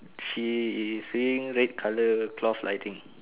she is seeing red colour cloth lighting